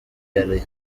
yari